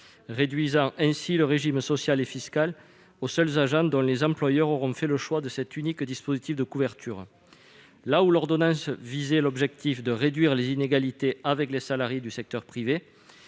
réservant ainsi le régime social et fiscal afférent aux seuls agents dont les employeurs auront fait le choix de cet unique dispositif de couverture. Là où l'ordonnance visait à réduire les inégalités entre agents publics et salariés du secteur privé,